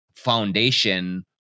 foundation